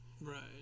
Right